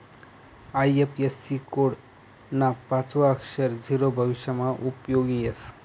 IFSC code ना पाचवं अक्षर झीरो भविष्यमा उपयोगी येस